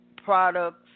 products